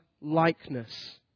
likeness